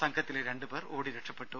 സംഘത്തിലെ രണ്ടുപേർ ഓടി രക്ഷപെട്ടു